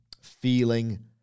feeling